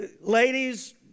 ladies